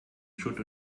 schutt